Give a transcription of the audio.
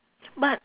but I